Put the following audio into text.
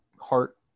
heart